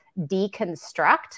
deconstruct